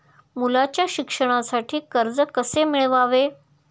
मुलाच्या शिक्षणासाठी कर्ज कसे मिळवावे?